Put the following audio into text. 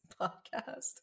podcast